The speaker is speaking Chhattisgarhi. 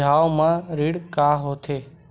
बिहाव म ऋण का होथे?